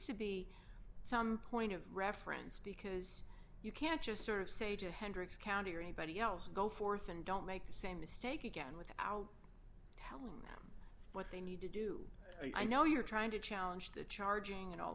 to be some point of reference because you can't just sort of say to hendricks county or anybody else go forth and don't make the same mistake again without what they need to do and i know you're trying to challenge the charging and all